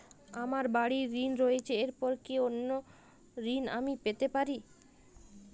আমার বাড়ীর ঋণ রয়েছে এরপর কি অন্য ঋণ আমি পেতে পারি?